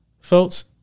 Folks